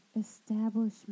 Establishment